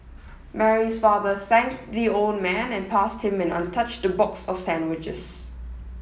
Mary's father thanked the old man and passed him an untouched box of sandwiches